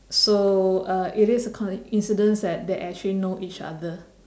so uh it is a coincidence that they actually know each other